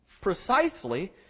precisely